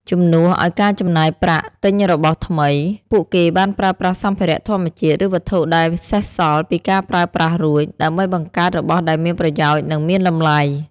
ជំនួសឲ្យការចំណាយប្រាក់ទិញរបស់ថ្មី ពួកគេបានប្រើប្រាស់សម្ភារៈធម្មជាតិ ឬវត្ថុដែលសេសសល់ពីការប្រើប្រាស់រួច ដើម្បីបង្កើតរបស់ដែលមានប្រយោជន៍ និងមានតម្លៃ។